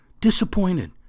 disappointed